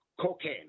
cocaine